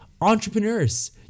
entrepreneurs